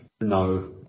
no